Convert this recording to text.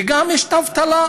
וגם יש האבטלה.